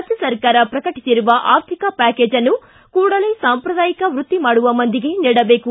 ರಾಜ್ಯ ಸರ್ಕಾರ ಪ್ರಕಟಿಸಿರುವ ಆರ್ಥಿಕ ಪ್ಯಾಕೇಜ್ನ್ನು ಕೂಡಲೇ ಸಾಂಪ್ರದಾಯಿಕ ವೃತ್ತಿ ಮಾಡುವ ಮಂದಿಗೆ ನೀಡಬೇಕು